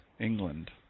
England